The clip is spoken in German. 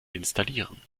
installieren